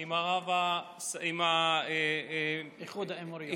עם ערב, איחוד האמירויות.